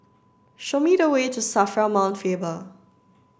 show me the way to SAFRA Mount Faber